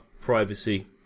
privacy